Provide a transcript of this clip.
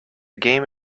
game